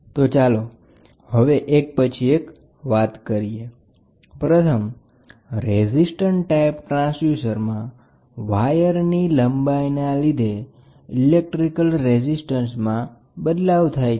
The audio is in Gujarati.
તો ચાલો હવે એક પછી એક જોઇએ resistant type transducer resistant type ટ્રાન્સડ્યુસરનો બેઝિક સિદ્ધાંત છે કે વાયરની લંબાઈમાં ફેરફાર થવાથી ઇલેક્ટ્રિકલ રેઝિસ્ટન્સમાં બદલાવ થાય છે